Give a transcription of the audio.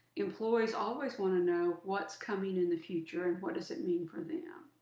employees always want to know what's coming in the future and what does it mean for them.